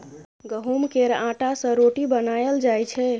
गहुँम केर आँटा सँ रोटी बनाएल जाइ छै